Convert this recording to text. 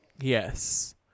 yes